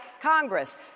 Congress